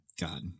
God